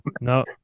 No